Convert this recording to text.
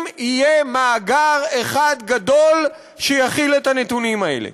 אם יהיה מאגר אחד גדול שיכיל את הנתונים האלה.